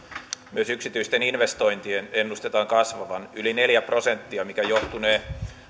myös yksityisten investointien ennustetaan kasvavan yli neljä prosenttia mikä johtunee